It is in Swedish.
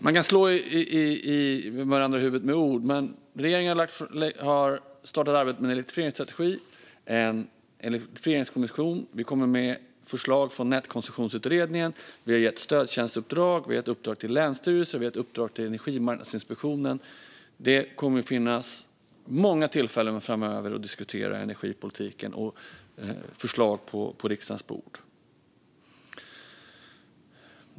Man kan slå varandra i huvudet med ord, men regeringen har startat arbetet med en elektrifieringsstrategi och en elektrifieringskommission. Vi kommer med förslag från Nätkoncessionsutredningen, vi har gett stödtjänstuppdrag, vi har gett uppdrag till länsstyrelser och till Energimarknadsinspektionen. Det kommer att finnas många tillfällen framöver att diskutera energipolitiken och förslag på riksdagens bord.